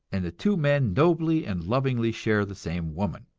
and the two men nobly and lovingly share the same woman.